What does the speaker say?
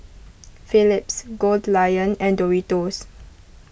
Philips Goldlion and Doritos